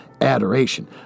adoration